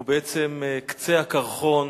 הוא בעצם קצה הקרחון